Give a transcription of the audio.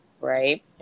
right